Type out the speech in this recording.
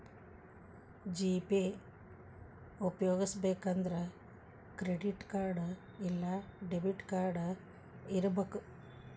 GPay ಉಪ್ಯೊಗಸ್ಬೆಕಂದ್ರ credit card ಇಲ್ಲಾ debit card ಇರಬಕು